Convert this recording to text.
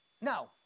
Now